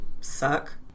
Suck